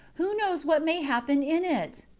who knows what may happen in it?